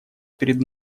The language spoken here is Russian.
перед